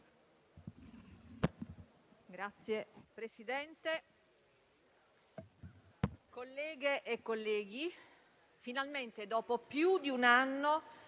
Signor Presidente, colleghe e colleghi, finalmente, dopo più di un anno